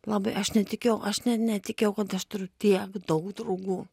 labai aš netikėjau aš net netikėjau kad aš turiu tiek daug draugų